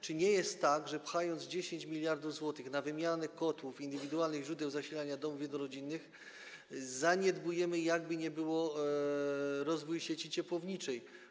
Czy nie jest tak, że przeznaczając 10 mld zł na wymianę kotłów i indywidualnych źródeł zasilania domów jednorodzinnych, zaniedbujemy, jakkolwiek by było, rozwój sieci ciepłowniczej?